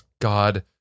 God